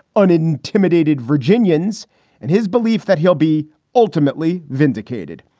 unintimidated, virginian's and his belief that he'll be ultimately vindicated.